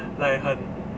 like 很